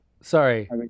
sorry